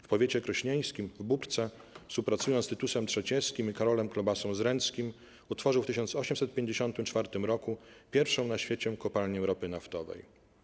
W powiecie krośnieńskim, w Bóbrce, współpracując z Tytusem Trzecieskim i Karolem Klobassą-Zrenckim, utworzył w 1854 roku pierwszą na świecie kopalnię ropy naftowej.